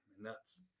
nuts